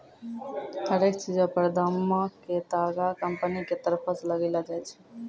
हरेक चीजो पर दामो के तागा कंपनी के तरफो से लगैलो जाय छै